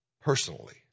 personally